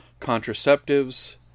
contraceptives